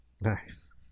Nice